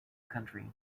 country